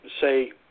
say